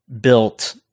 built